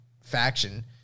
faction